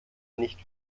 nicht